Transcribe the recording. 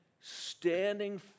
standing